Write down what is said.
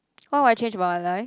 what would I change about my life